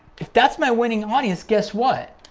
if that's my winning audience guess what?